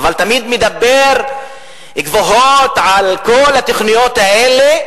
אבל הוא תמיד מדבר גבוהה על כל התוכניות האלה,